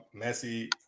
Messi